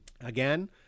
again